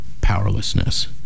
powerlessness